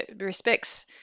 respects